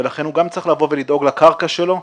ולכן, הוא גם צריך לדאוג לקרקע שלו,